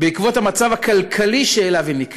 בעקבות המצב הכלכלי שאליו היא נקלעה,